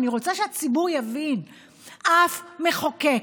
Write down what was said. אני רוצה שהציבור יבין שאף מחוקק,